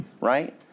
right